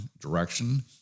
direction